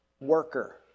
worker